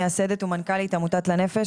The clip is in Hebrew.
מייסדת ומנכ"לית עמותת לנפ"ש,